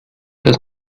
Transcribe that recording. das